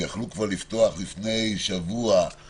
יכלו כבר לפתוח לפני שבוע.